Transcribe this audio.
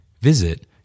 Visit